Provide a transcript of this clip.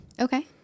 Okay